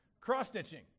cross-stitching